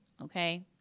okay